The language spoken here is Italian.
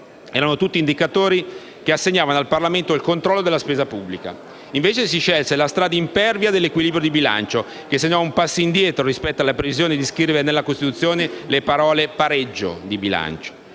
Erano tutti indicatori che assegnavano al Parlamento il controllo della spesa pubblica. Si scelse, invece, la strada impervia dell'equilibrio di bilancio, che segnò un passo indietro rispetto alla previsione di scrivere nella Costituzione le parole: «pareggio di bilancio».